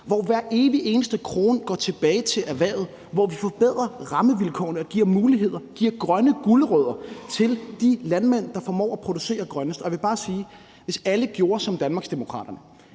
hvor hver evig eneste krone går tilbage til erhvervet, og hvor vi forbedrer rammevilkårene og giver muligheder, giver grønne gulerødder til de landmænd, der formår at producere grønnest. Jeg vil bare sige, at selv om man tog Venstres mandater